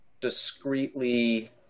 discreetly